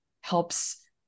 helps